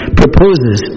proposes